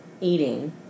Eating